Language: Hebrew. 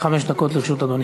חמש דקות לרשות אדוני.